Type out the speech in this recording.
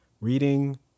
reading